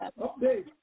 update